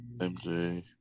MJ